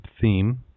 theme